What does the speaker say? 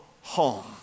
home